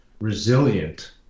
Resilient